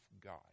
God